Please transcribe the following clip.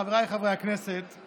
חבריי חברי הכנסת,